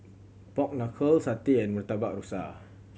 pork knuckle satay and Murtabak Rusa